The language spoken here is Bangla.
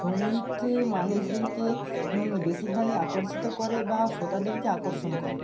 সংগীত মানুষদেরকে বেশিরভাগই আকর্ষিত করে বা শ্রোতাদেরকে আকর্ষণ করে